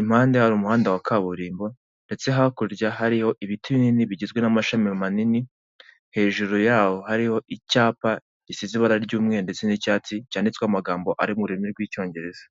impande hari umuhanda wa kaburimbo ndetse hakurya hariho ibiti binini bigizwe n'amashami manini, hejuru yaho hariho icyapa gisize ibara ry'umweru ndetse n'icyatsi cyanditsweho amagambo ari mu rurimi rw'Icyongereza.